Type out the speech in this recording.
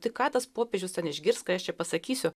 tai ką tas popiežius ten išgirs tai aš čia pasakysiu